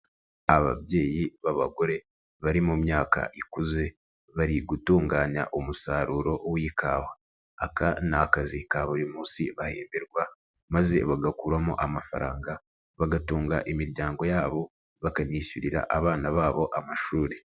Ababyeyi b'abagore, bari mu myaka ikuze, bari gutunganya umusaruro w' ikawa, aka ni akazi ka buri munsi bahemberwa maze bagakuramo amafaranga bagatunga imiryango yabo, bakanishyurira abana babo amashuri.